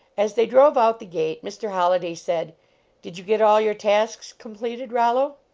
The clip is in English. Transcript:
as they drove out the gate mr. holliday said did you get all your tasks completed, rollo?